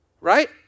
right